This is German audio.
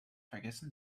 vergessen